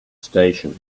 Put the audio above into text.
station